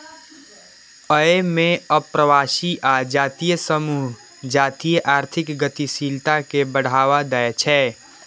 अय मे अप्रवासी आ जातीय समूह जातीय आर्थिक गतिशीलता कें बढ़ावा दै छै